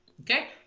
okay